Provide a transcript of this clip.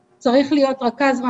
צריך להיות רכז תעסוקה,